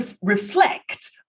reflect